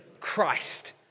Christ